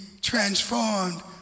transformed